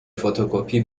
فتوکپی